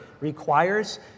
requires